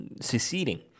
seceding